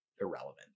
irrelevant